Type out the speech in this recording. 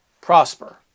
prosper